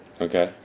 Okay